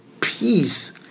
peace